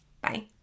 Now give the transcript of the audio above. Bye